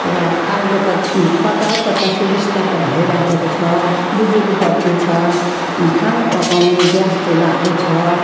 र अहिले त कता हो कता सुविस्ता त भइरहेको छ बिजुली बत्ती छ खाना पकाउनु ग्यास चुलाहरू छ